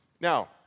Now